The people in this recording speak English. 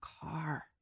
car